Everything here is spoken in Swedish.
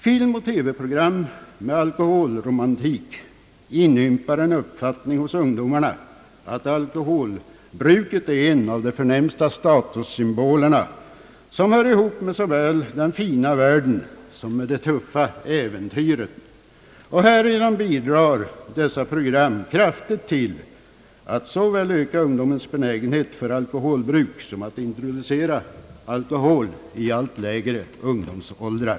Film och TV-program med alkoholromantik inympar en uppfattning hos ungdomarna att alkoholbruket är en av de förnämsta statussymbolerna, som hör ihop med såväl den fina världen som med de tuffa äventyren, och bidrar härigenom kraftigt till att öka ungdomens benägenhet för alkoholbruk och att introducera alkohol i allt lägre åldrar.